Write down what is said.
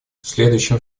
следующим